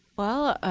well